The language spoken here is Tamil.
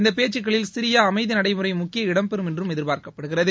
இந்த பேச்சுக்களில் சிரியா அமைதி நடைமுறை முக்கிய இடம்பெறும் என்று எதிர்பார்க்கப்படுகிறது